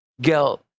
guilt